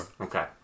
Okay